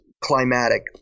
climatic